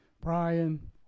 Brian